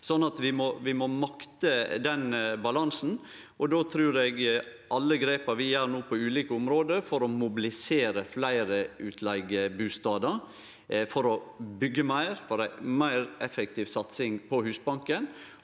Vi må makte den balansen. Vi tek no mange grep på ulike område for å mobilisere fleire utleigebustader, for å byggje meir og for ei meir effektiv satsing på Husbanken,